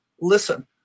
listen